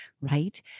right